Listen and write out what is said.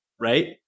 right